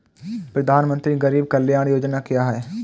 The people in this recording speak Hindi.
प्रधानमंत्री गरीब कल्याण योजना क्या है?